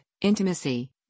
intimacy